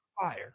fire